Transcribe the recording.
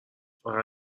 فقط